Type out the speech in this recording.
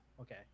okay